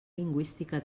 lingüística